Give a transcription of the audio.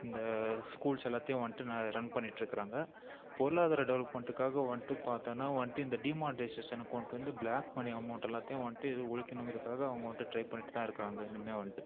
இந்த ஸ்கூல்ஸ் எல்லாத்தையும் வந்துட்டு ந ரன் பண்ணிகிட்ருக்குறாங்க பொருளாதார டெவலப்மெண்ட்டுக்காக வந்துட்டு பார்த்தோம்னா வந்துட்டு இந்த டீமாண்ட்ரிசேசனை கொண்டுட்டு வந்து ப்ளாக் மணி அமௌண்ட் எல்லாத்தையும் வந்துட்டு இது ஒழிக்கணுங்கறதுக்காக அவங்க வந்துட்டு ட்ரை பண்ணிகிட்டு தான் இருக்குறாங்க இன்னுமே வந்துட்டு